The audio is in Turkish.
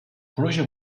proje